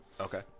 Okay